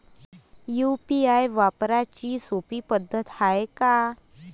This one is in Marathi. यू.पी.आय वापराची सोपी पद्धत हाय का?